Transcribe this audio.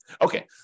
Okay